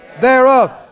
thereof